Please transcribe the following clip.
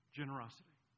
generosity